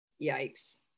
Yikes